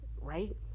right